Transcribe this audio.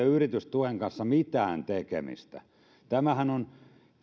yritystuen kanssa mitään tekemistä tämähän on